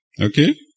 Okay